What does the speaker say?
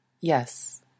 yes